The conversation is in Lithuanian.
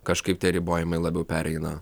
kažkaip tie ribojimai labiau pereina